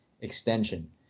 extension